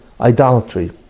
idolatry